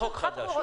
החוק חדש.